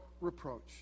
reproach